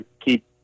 keep